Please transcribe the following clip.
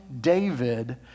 David